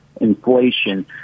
inflation